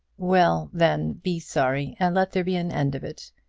well, then, be sorry and let there be an end of it.